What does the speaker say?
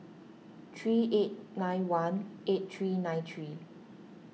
three eight nine one eight three nine three